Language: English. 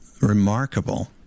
remarkable